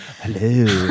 Hello